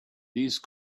these